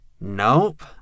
Nope